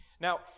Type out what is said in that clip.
Now